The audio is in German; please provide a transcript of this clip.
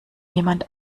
jemand